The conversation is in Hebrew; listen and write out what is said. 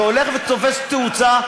שהולך ותופס תאוצה,